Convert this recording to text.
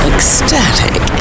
Ecstatic